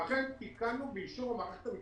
ואכן תיקנו באישור המערכת המשפטית,